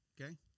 Okay